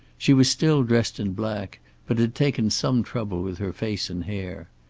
she was still dressed in black but had taken some trouble with her face and hair.